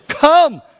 come